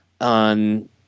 on